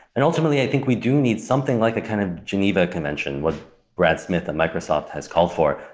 and ultimately, i think we do need something like a kind of geneva convention, what brad smith and microsoft has called for,